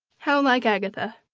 how like agatha!